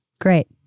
Great